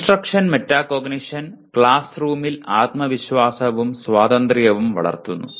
instruction metacognition class റൂമിൽ ആത്മവിശ്വാസവും സ്വാതന്ത്ര്യവും വളർത്തുന്നു